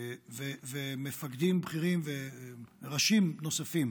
ומפקדים בכירים וראשים נוספים